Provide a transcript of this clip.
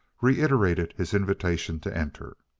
reiterated his invitation to enter.